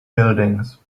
buildings